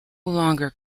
longer